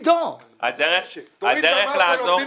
אתה רוצה לעזור ל"הר-טוב",